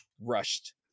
rushed